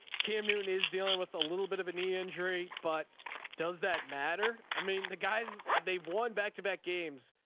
kim newton is dealing with a little bit of a knee injury, but does that matter? i mean, the guys, they won back to back games.